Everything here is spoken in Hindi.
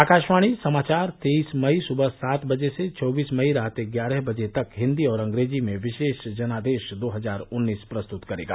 आकाशवाणी समाचार तेईस मई सुबह सात बजे से चौबीस मई रात ग्यारह बजे तक हिंदी और अंग्रेजी में विशेष जनादेश दो हजार उन्नीस प्रस्तुत करेगा